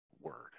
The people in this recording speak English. word